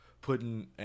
putting